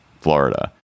Florida